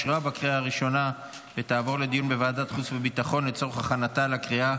לוועדת החוץ והביטחון נתקבלה.